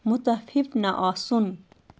مُتَفِف نہٕ آسُن